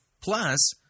Plus